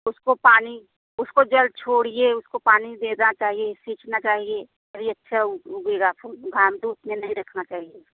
उसको पानी उसको जल छोड़िए उसको पानी देना चाहिए सींचना चाहिए तभी अच्छा वह उगेगा फूल घाम धूप में नहीं रखना चाहिए उसको